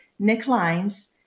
necklines